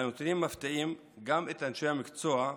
והנתונים מפתיעים גם את אנשי המקצוע בתחום: